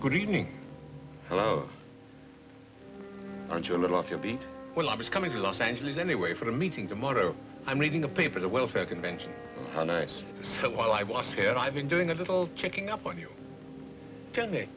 good evening aren't you a little off to be well i was coming to los angeles anyway for the meeting tomorrow i'm reading the paper the welfare convention on ice so while i was here i've been doing a little checking up on you tell me